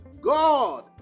God